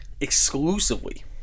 exclusively